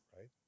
right